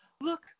look